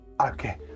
Okay